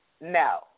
no